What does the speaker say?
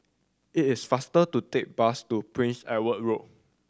it is faster to take the bus to Prince Edward Road